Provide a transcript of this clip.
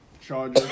Charger